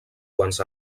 quants